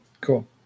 cool